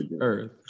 earth